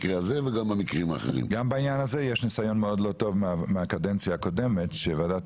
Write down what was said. יש ניסיון מאוד לא טוב מהקדנציה הקודמת שבה ועדת